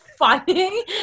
funny